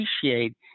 appreciate